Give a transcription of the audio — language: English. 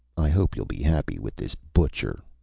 i hope you'll be happy with this butcher.